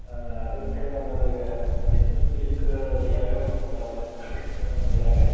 ಹಾಂ ಅದಕ್ಕೆ ನನಗೆ ಮೈಸೂರು ಸಿಲ್ಕ ಯಾವ ಯಾವ ವೆರೈಟಿ ಇರ್ತವೆ ಅದ್ರ ಒಳಗೆ